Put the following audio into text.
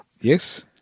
Yes